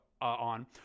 on